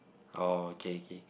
oh okay